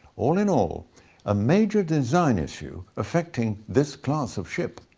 all in all a major design issue affecting this class of ship.